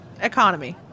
economy